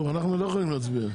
אנחנו לא יכולים להצביע.